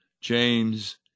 James